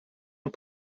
and